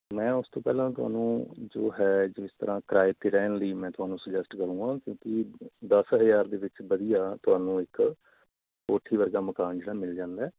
ਮੈਂ ਉਸ ਤੋਂ ਪਹਿਲਾਂ ਤੁਹਾਨੂੰ ਜੋ ਹੈ ਜਿਸ ਤਰ੍ਹਾਂ ਕਿਰਾਏ 'ਤੇ ਰਹਿਣ ਲਈ ਮੈਂ ਤੁਹਾਨੂੰ ਸੁਜੈਸਟ ਕਰੂੰਗਾ ਕਿਉਂਕਿ ਦਸ ਹਜ਼ਾਰ ਦੇ ਵਿੱਚ ਵਧੀਆ ਤੁਹਾਨੂੰ ਇੱਕ ਕੋਠੀ ਵਰਗਾ ਮਕਾਨ ਜਿਹੜਾ ਮਿਲ ਜਾਂਦਾ